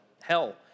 Hell